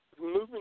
moving